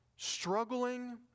Struggling